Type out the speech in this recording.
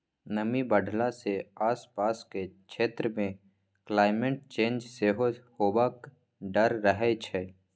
नमी बढ़ला सँ आसपासक क्षेत्र मे क्लाइमेट चेंज सेहो हेबाक डर रहै छै